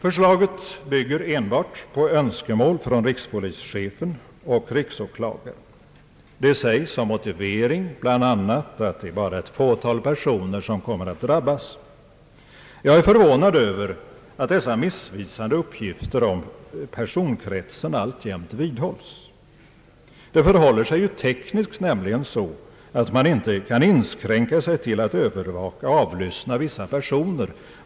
Förslaget bygger enbart på önskemål från rikspolischefen och riksåklagaren. Det sägs som motivering bl.a. att det bara är ett fåtal personer som kommer att drabbas. Jag är förvånad över att dessa missvisande uppgifter om Ppersonkretsen alltjämt vidhålls. Det förhåller sig tekniskt nämligen så, att man inte kan inskränka sig till att övervaka och avlyssna vissa personer.